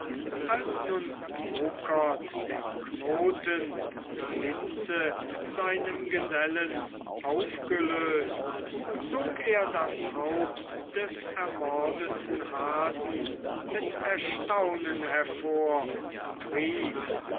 als nun bokert den knoten mit hinze seinem gesellen aufgelöset zog er das haupt des ermordeten hasen mit erstaunen hervor und rief